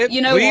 you know, yeah